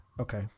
Okay